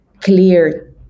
clear